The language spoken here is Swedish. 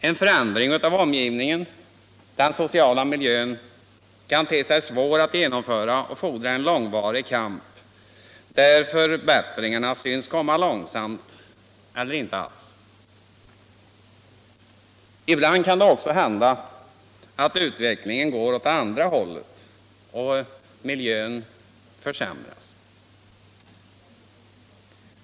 En förändring av omgivningen, den sociala miljön, kan te sig svår att genomföra och fordra en långvarig kamp, där förbättringarna syns komma långsamt eller inte alls. Ibland kan det också hända att utvecklingen går åt andra hållet och miljön försämras.